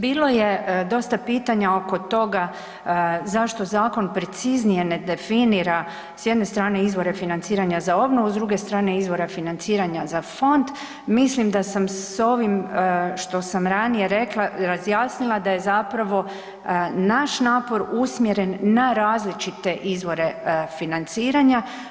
Bilo je dosta pitanja oko toga zašto zakon preciznije ne definira s jedne strane izvore financiranja za obnovu s druge strane izvore financiranja za fond, mislim da sam s ovim što sam ranije rekla razjasnila da je zapravo naš napor usmjeren na različite izvore financiranja.